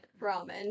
ramen